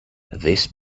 this